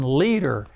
leader